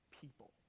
people